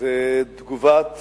זה תגובת